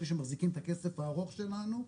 אלה שמחזיקים את הכסף הארוך שלנו,